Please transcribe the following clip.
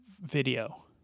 video